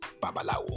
Babalawo